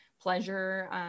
pleasure